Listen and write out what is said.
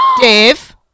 Dave